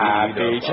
Happy